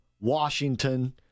Washington